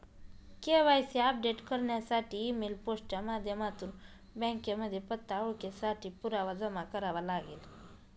KYC update करण्यासाठी email, post च्या माध्यमातून बँकेमध्ये पत्ता, ओळखेसाठी पुरावा जमा करावे लागेल